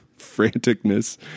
franticness